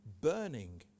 burning